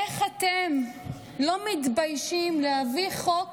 איך אתם לא מתביישים להביא חוק